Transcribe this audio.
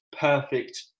perfect